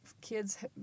kids